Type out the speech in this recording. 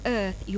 earth